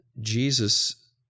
Jesus